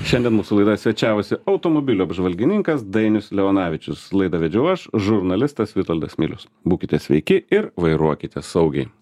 šiandien mūsų laidoje svečiavosi automobilių apžvalgininkas dainius leonavičius laidą vedžiau aš žurnalistas vitoldas milius būkite sveiki ir vairuokite saugiai